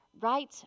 right